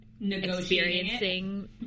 experiencing